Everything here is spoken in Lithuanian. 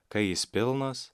kai jis pilnas